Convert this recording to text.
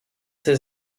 ses